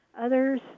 Others